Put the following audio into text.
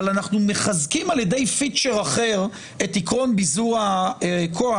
אנחנו מחזקים על יד פיצ'ר אחר את עקרון ביזור הכוח